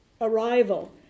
arrival